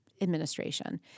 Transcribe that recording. administration